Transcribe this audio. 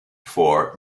for